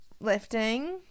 lifting